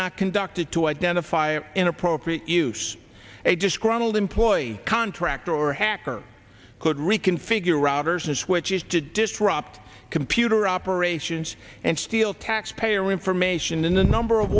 not conducted to identify an inappropriate use a disgruntled employee contractor or hacker could reconfigure routers and switches to disrupt computer operations and steal taxpayer information in the number of